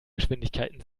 geschwindigkeiten